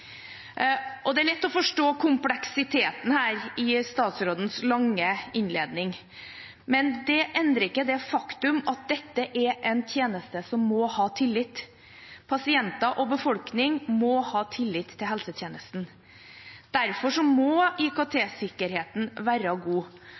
Det er lett å forstå kompleksiteten, av statsrådens lange innledning, men det endrer ikke det faktum at dette er en tjeneste som må ha tillit. Pasienter og befolkning må ha tillit til helsetjenesten. Derfor må IKT-sikkerheten være god. Så